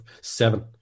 seven